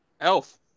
Elf